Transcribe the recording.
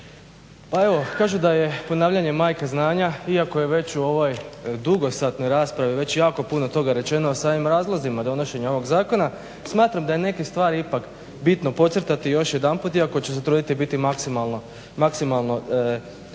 Pa evo kažemo da je ponavljanje majka znanja iako je već u ovoj dugosatnoj raspravi već jako puno toga rečeno o samim razlozima donošenja ovog zakona. Smatram da je neke stvari ipak bitno podcrtati još jedanput iako ću se truditi biti maksimalno sažet poštujući